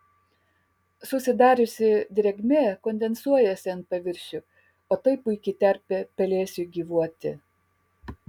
susidariusi drėgmė kondensuojasi ant paviršių o tai puiki terpė pelėsiui gyvuoti